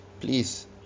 Please